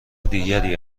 دیگری